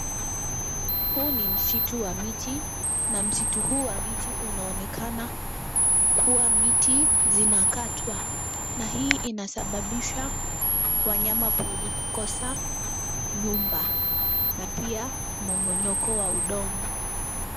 Huu ni msitu wamiti na msitu huu wa miti unaonekana kuwa miti zinakatwa. Na hii inasababisha wanyamapori kukosa nyumba. Na pia mmomomonyoko wa udongo.